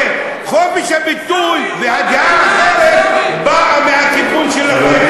וחופש הביטוי והדעה האחרת באה מהתיקון שלכם,